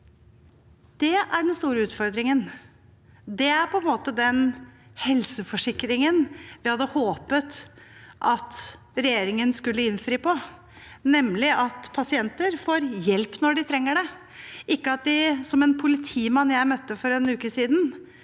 er det den store utfordringen. Det er den helseforsikringen vi hadde håpet at regjeringen skulle innfri på, nemlig at pasienter får hjelp når de trenger det, ikke at de må gjøre som en politimann jeg møtte for en uke siden.